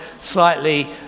slightly